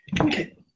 Okay